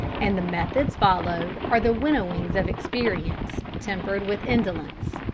and the methods followed are the winnowings of experience, tempered with indolence.